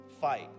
fight